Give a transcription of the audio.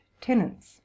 tenants